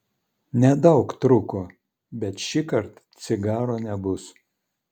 nedaug trūko bet šįkart cigaro nebus